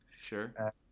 Sure